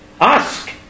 ask